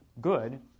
good